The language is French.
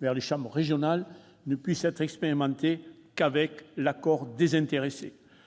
aux chambres régionales ne puissent être expérimentés qu'avec l'accord des intéressées,